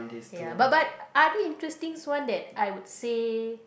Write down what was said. ya but but other interesting one that I would say